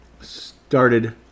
Started